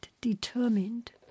determined